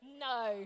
No